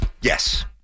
Yes